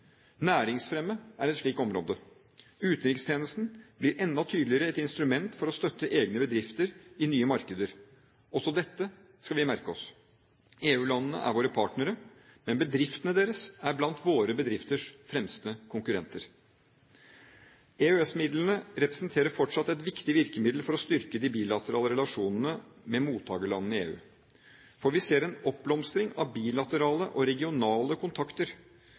Næringsfremme er et slikt område. Utenrikstjenesten blir enda tydeligere et instrument for å støtte egne bedrifter i nye markeder. Også dette skal vi merke oss. EU-landene er våre partnere, men bedriftene deres er blant våre bedrifters fremste konkurrenter. EØS-midlene representerer fortsatt et viktig virkemiddel for å styrke de bilaterale relasjonene med mottakerlandene i EU. For vi ser en oppblomstring av bilaterale og regionale kontakter,